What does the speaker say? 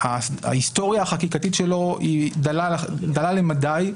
ההיסטוריה החקיקתית של זה דלה למדי.